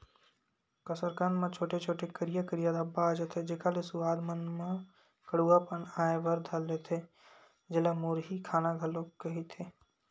कसरकंद म छोटे छोटे, करिया करिया धब्बा आ जथे, जेखर ले सुवाद मन म कडुआ पन आय बर धर लेथे, जेला मुरही खाना घलोक कहिथे